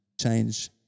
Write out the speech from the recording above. change